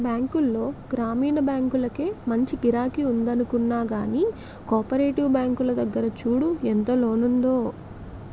బాంకుల్లో గ్రామీణ బాంకులకే మంచి గిరాకి ఉందనుకున్నా గానీ, కోపరేటివ్ బాంకుల దగ్గర చూడు ఎంత లైనుందో?